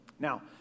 Now